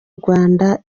rwanda